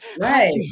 Right